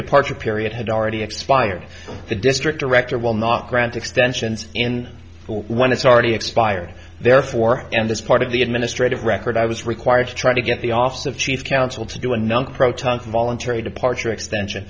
departure period had already expired the district director will not grant extensions in full when it's already expired therefore and this part of the administrative record i was required to try to get the office of chief counsel to do a number proton's a voluntary departure extension